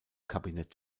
kabinett